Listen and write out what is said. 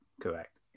Correct